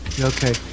Okay